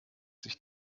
sich